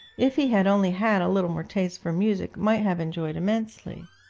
if he had only had a little more taste for music, might have enjoyed immensely.